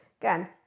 again